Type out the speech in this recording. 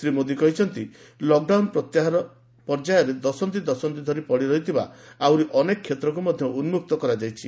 ଶ୍ରୀ ମୋଦୀ କହିଛନ୍ତି ଲକଡାଉନ ପ୍ରତ୍ୟାହାର ପର୍ଯ୍ୟାୟରେ ଦଶନ୍ଧି ଦଶନ୍ଧି ଧରି ବନ୍ଦ ପଡ଼ିଥିବା ଆହୁରି ଅନେକ କ୍ଷେତ୍ରକୁ ମଧ୍ୟ ଉନ୍ନୁକ୍ତ କରାଯାଇଛି